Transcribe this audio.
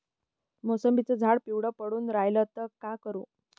मोसंबीचं झाड पिवळं पडून रायलं त का करू?